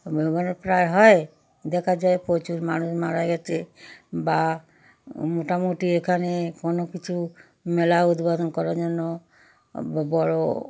ভূমিকম্প প্রায়ই হয় দেখা যায় প্রচুর মানুষ মারা গেছে বা মোটামুটি এখানে কোনো কিছু মেলা উদ্বোধন করার জন্য বড়